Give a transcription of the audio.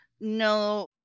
No